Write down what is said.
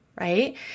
right